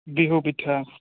বিহু পিঠা